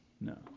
no